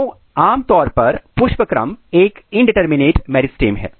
तो आम तौर पर पुष्पक्रम एक इंडिटरमिनेट मेरिस्टेम है